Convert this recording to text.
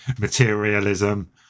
materialism